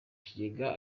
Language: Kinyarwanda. kigega